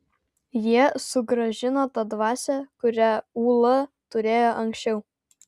jie sugrąžino tą dvasią kurią ūla turėjo anksčiau